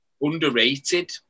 Underrated